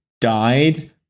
died